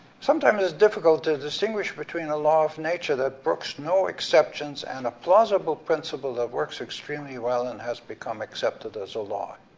sometimes it's difficult to distinguish between a law of nature that brooks no exceptions and a plausible principle that works extremely well and has become accepted as a law.